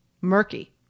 Murky